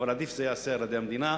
אבל עדיף שזה ייעשה על-ידי המדינה.